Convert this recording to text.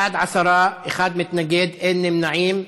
בעד, עשרה, אחד מתנגד, אין נמנעים.